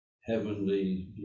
heavenly